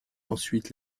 ensuite